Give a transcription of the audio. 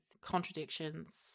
contradictions